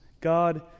God